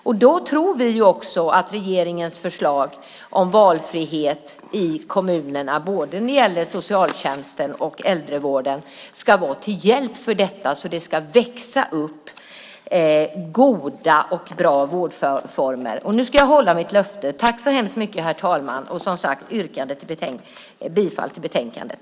Vi tror att regeringens förslag om valfrihet i kommunerna när det gäller både socialtjänsten och äldrevården ska vara till hjälp så att det kan växa upp goda och bra vårdformer. Jag yrkar bifall till förslaget i betänkandet.